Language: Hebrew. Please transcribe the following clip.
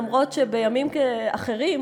אף-על-פי שבימים אחרים,